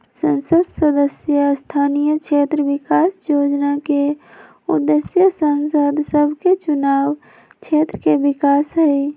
संसद सदस्य स्थानीय क्षेत्र विकास जोजना के उद्देश्य सांसद सभके चुनाव क्षेत्र के विकास हइ